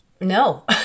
no